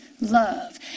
love